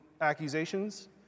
accusations